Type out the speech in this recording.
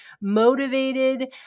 motivated